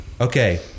Okay